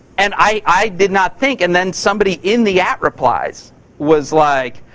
and i did not think. and then somebody in the at replies was like,